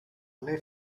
let